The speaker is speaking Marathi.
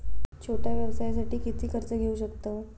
छोट्या व्यवसायासाठी किती कर्ज घेऊ शकतव?